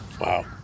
Wow